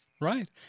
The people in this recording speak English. Right